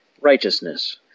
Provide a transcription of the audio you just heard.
Righteousness